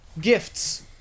gifts